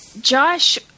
Josh